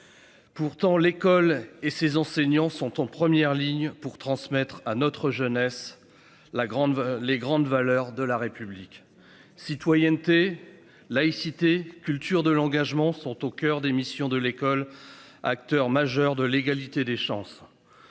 Pourtant, l'école et ces enseignants sont en première ligne pour transmettre à notre jeunesse la grande les grandes valeurs de la République citoyenneté. Laïcité, culture de l'engagement sont au coeur des missions de l'école. Acteur majeur de l'égalité des chances.